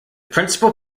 principle